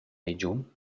regiun